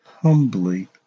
humbly